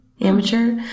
Amateur